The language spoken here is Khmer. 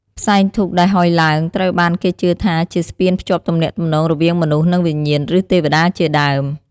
ផ្សែងធូបដែលហុយឡើង ត្រូវបានគេជឿថាជាស្ពានភ្ជាប់ទំនាក់ទំនងរវាងមនុស្ស និងវិញ្ញាណ ឬទេវតាជាដើម។